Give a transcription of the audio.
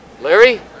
Larry